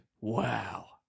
Wow